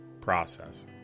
process